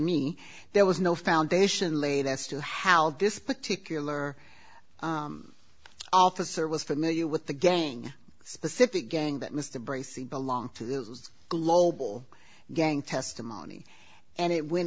me there was no foundation laid as to how this particular officer was familiar with the gang specific gang that mr bracy belong to that was global gang testimony and it went